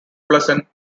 pleasant